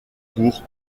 pour